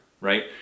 right